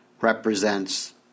represents